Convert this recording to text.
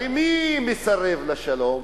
הרי מי מסרב לשלום?